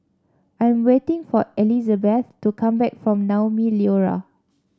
I am waiting for Elisabeth to come back from Naumi Liora